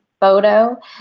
photo